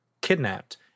kidnapped